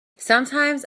sometimes